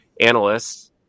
Analysts